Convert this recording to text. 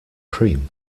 cream